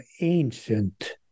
ancient